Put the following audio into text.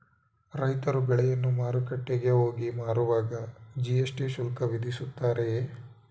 ರೈತರು ಬೆಳೆಯನ್ನು ಮಾರುಕಟ್ಟೆಗೆ ಹೋಗಿ ಮಾರುವಾಗ ಜಿ.ಎಸ್.ಟಿ ಶುಲ್ಕ ವಿಧಿಸುತ್ತಾರೆಯೇ?